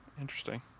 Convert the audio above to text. Interesting